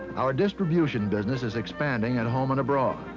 our distribution business is expanding at home and abroad.